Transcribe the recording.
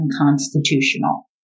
unconstitutional